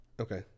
Okay